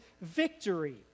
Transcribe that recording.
victory